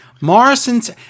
Morrison's